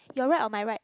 your right or my right